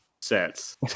sets